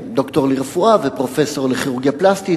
אני דוקטור לרפואה ופרופסור לכירורגיה פלסטית